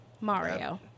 Mario